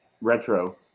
retro